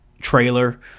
trailer